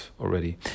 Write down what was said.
already